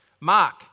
Mark